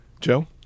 Joe